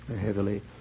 heavily